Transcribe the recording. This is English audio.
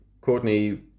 Courtney